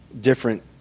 different